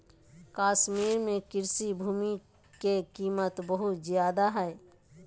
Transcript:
कश्मीर में कृषि भूमि के कीमत बहुत ज्यादा हइ